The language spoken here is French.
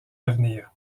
avenir